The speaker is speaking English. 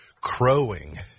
crowing